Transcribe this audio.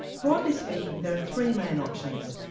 broadly speaking there are three main options.